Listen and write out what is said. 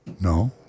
No